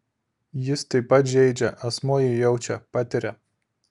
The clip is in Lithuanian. jis taip pat žeidžia asmuo jį jaučia patiria